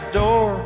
door